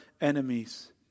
enemies